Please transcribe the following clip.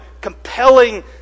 compelling